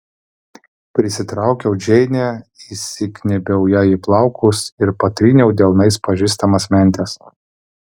prisitraukiau džeinę įsikniaubiau jai į plaukus ir patryniau delnais pažįstamas mentes